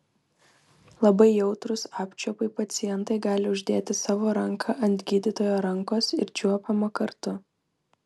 labai jautrūs apčiuopai pacientai gali uždėti savo ranką ant gydytojo rankos ir čiuopiama kartu